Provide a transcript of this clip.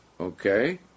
okay